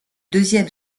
deuxième